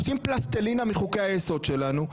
עושים פלסטלינה מחוקי-היסוד שלנו.